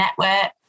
network